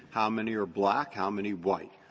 how many are black? how many white?